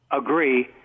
agree